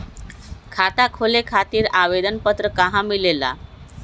खाता खोले खातीर आवेदन पत्र कहा मिलेला?